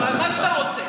מה שאתה רוצה.